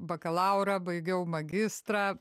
bakalaurą baigiau magistrą